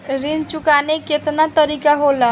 ऋण चुकाने के केतना तरीका होला?